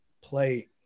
play